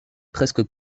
presque